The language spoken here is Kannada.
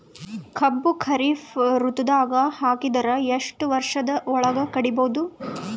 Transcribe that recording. ಕಬ್ಬು ಖರೀಫ್ ಋತುದಾಗ ಹಾಕಿದರ ಎಷ್ಟ ವರ್ಷದ ಒಳಗ ಕಡಿಬಹುದು?